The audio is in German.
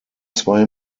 zwei